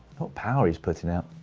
what power he's putting out.